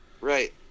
Right